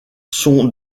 sont